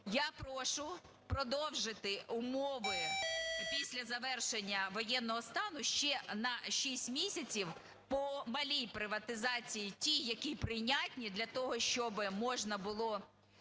я прошу продовжити умови після завершення воєнного стану ще на 6 місяців по малій приватизації ті, які прийнятні для того, щоби можна було